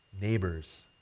neighbors